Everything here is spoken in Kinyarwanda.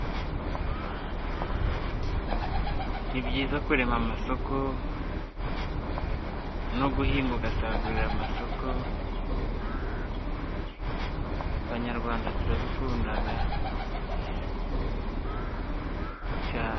Ni byiza kurema amasoko no guhinga ugasagurira amasoko, abanyarwanda turabikunda cyane.